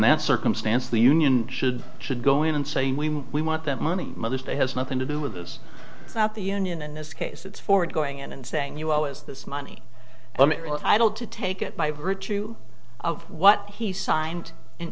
that circumstance the union should should go in and saying we we want them money mother's day has nothing to do with this it's not the union in this case it's forward going in and saying you as this money i told to take it by virtue of what he signed in